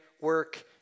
work